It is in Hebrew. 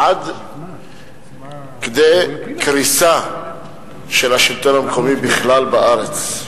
עד כדי קריסה של השלטון המקומי בכלל בארץ,